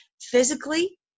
physically